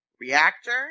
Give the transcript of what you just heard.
reactor